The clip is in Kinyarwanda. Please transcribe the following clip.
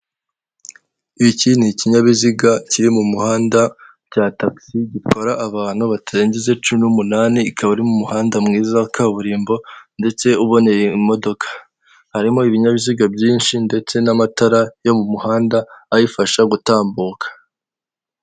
Iki ni ikinyabiziga kiri mu muhanda cya tagisi gitwara abantu batarenze cumi n'umunani, ikaba iri mu muhanda mwiza wa kaburimbo ndetse uboneye imodoka, harimo ibinyabiziga byinshi ndetse n'amatara yo mu muhanda ayifasha gutambuka.